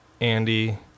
Andy